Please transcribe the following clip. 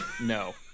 no